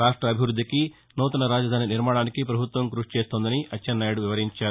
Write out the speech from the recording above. రాష్ట అభివృద్దికి నూతన రాజధాని నిర్మాణానికి పభుత్వం కృషి చేస్తోందని అచ్చెన్నాయుడు వివరించారు